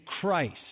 Christ